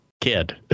kid